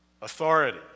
authority